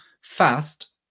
fast